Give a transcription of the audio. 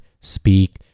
speak